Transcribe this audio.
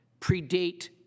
predate